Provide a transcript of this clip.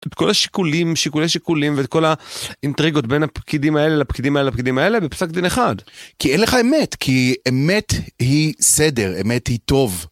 כל השיקולים שיקולי שיקולים וכל האינטריגות בין הפקידים האלה לפקידים האלה פקידים האלה בפסק דין אחד כי אין לך אמת כי אמת היא סדר, אמת היא טוב.